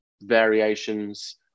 variations